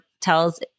tells